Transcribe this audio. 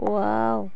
wow